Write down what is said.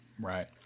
Right